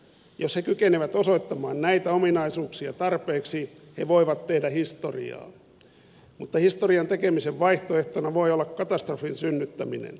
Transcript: jos he kykenevät osoittamaan näitä ominaisuuksia tarpeeksi he voivat tehdä historiaa mutta historian tekemisen vaihtoehtona voi olla katastrofin synnyttäminen